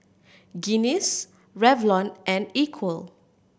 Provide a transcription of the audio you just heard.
Guinness Revlon and Equal